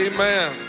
Amen